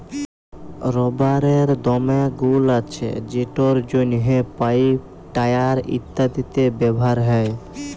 রাবারের দমে গুল্ আছে যেটর জ্যনহে পাইপ, টায়ার ইত্যাদিতে ব্যাভার হ্যয়